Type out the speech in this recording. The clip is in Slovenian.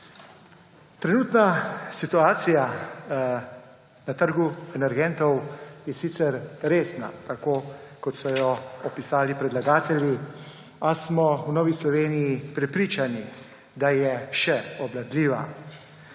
Trenutna situacija na trgu energentov je sicer resna, tako kot so jo opisali predlagatelji, a smo v Novi Sloveniji prepričani, da je še obvladljiva.